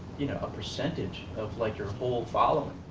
you know, a percentage of like your whole following.